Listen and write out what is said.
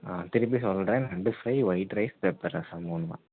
ஆ திருப்பி சொல்கிறேன் நண்டு fry white rice pepper rasam மூணு தான்